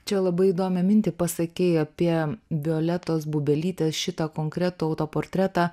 čia labai įdomią mintį pasakei apie violetos bubelytės šitą konkretų autoportretą